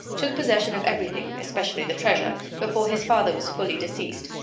took possession of everything especially the treasure before his father was fully deceased,